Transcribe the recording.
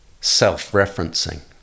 self-referencing